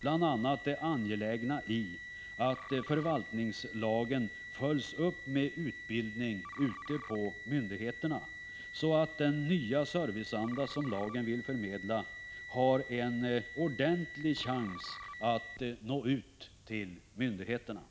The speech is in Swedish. bl.a. det angelägna i att förvaltningslagen följs upp med utbildning ute på myndigheterna, så att den nya serviceanda som lagen vill förmedla har en ordentlig chans att nå ut till myndigheterna.